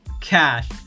Cash